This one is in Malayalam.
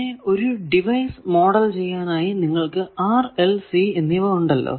പിന്നെ ഒരു ഡിവൈസ് മോഡൽ ചെയ്യാനായി നിങ്ങൾക്കു R L C എന്നിവ ഉണ്ടല്ലോ